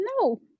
No